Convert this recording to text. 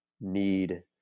need